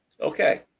Okay